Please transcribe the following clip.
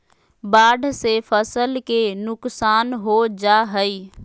बाढ़ से फसल के नुकसान हो जा हइ